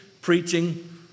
preaching